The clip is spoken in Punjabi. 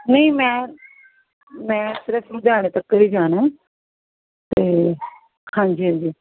ਨਹੀਂ ਮੈਂ ਮੈਂ ਸਿਰਫ ਲੁਧਿਆਣੇ ਤੱਕ ਹੀ ਜਾਣਾ ਹੈ ਅਤੇ ਹਾਂਜੀ ਹਾਂਜੀ